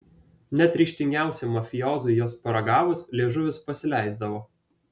net ryžtingiausiam mafiozui jos paragavus liežuvis pasileisdavo